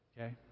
okay